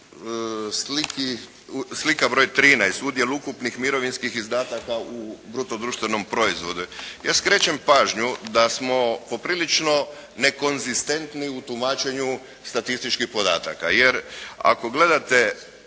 Slika broj 13 "Udjel ukupnih mirovinskih izdataka u bruto društvenom proizvodu". Ja skrećem pažnju da smo poprilično nekonzistentni u tumačenju statističkih podataka jer ako gledate